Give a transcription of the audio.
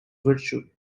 virtue